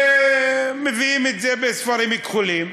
מביאים את זה בספרים כחולים,